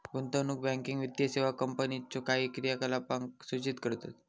गुंतवणूक बँकिंग वित्तीय सेवा कंपनीच्यो काही क्रियाकलापांक सूचित करतत